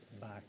back